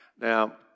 Now